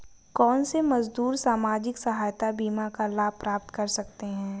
कौनसे मजदूर सामाजिक सहायता बीमा का लाभ प्राप्त कर सकते हैं?